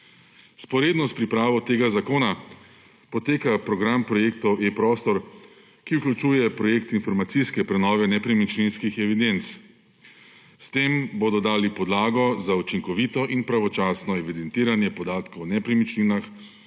Vzporedno s pripravo tega zakona poteka program projektov eProstor, ki vključuje projekt informacijske prenove nepremičninskih evidenc. S tem bodo dali podlago za učinkovito in pravočasno evidentiranje podatkov o nepremičninah